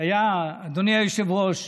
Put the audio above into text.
אדוני היושב-ראש,